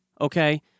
okay